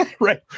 Right